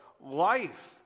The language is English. life